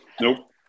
Nope